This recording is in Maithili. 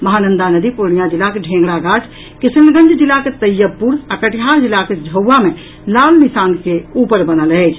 महानंदा नदी पूर्णिया जिलाक ढेंगराघाट किशनगंज जिलाक तैयबपुर आ कटिहार जिलाक झौवा मे लाल निशान के ऊपर बनल अछि